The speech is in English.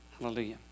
Hallelujah